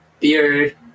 beard